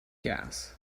gas